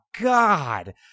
God